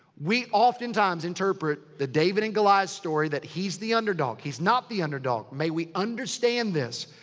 we oftentimes interpret the david and goliath story that he's the underdog. he's not the underdog. may we understand this.